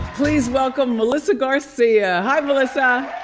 please welcome melissa garcia. hi, melissa!